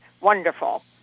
wonderful